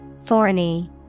Thorny